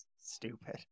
stupid